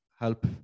help